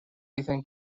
dicen